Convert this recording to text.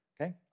okay